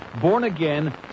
born-again